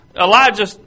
Elijah